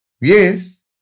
Yes